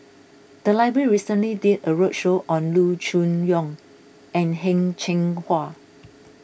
the library recently did a roadshow on Loo Choon Yong and Heng Cheng Hwa